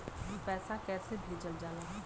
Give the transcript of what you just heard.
पैसा कैसे भेजल जाला?